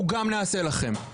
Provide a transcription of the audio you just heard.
אני